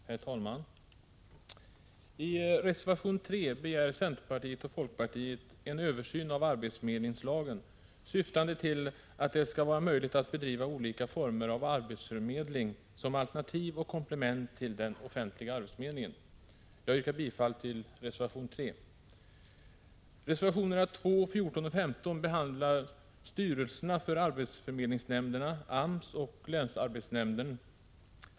Herr talman! I reservation 3 begär centerpartiet och folkpartiet en översyn av arbetsförmedlingslagen syftande till att det skall vara möjligt att bedriva olika former av arbetsförmedling som alternativ och komplement till den offentliga arbetsförmedlingen. Jag yrkar bifall till reservation 3.